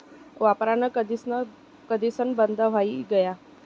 वापरान कधीसन बंद हुई गया